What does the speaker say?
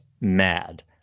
mad